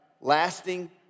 lasting